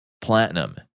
Platinum